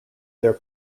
their